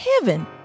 heaven